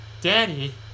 Daddy